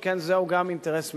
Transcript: שכן זהו גם אינטרס מצרי,